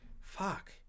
fuck